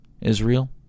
Israel